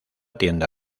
tienda